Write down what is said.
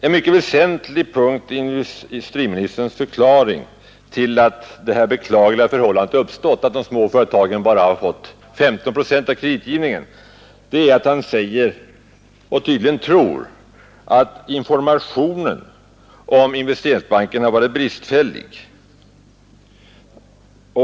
En mycket väsentlig punkt i industriministerns förklaring till att detta beklagliga förhållande uppstått — att de små företagen bara har fått 15 procent av kreditgivningen — är hans påstående och tro, att informationen om Investeringsbanken har varit bristfällig.